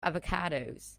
avocados